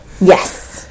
Yes